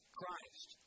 Christ